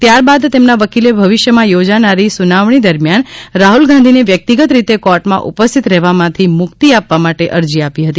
ત્યારબાદ તેમના વકીલે ભવિષ્યમાં યોજાનારી સુનાવણી દરમિયાન રાહુલ ગાંધીને વ્યક્તિગત રીતે કોર્ટમાં ઉપસ્થિત રહેવામાંથી મુક્તિ આપવા માટે અરજી આપી હતી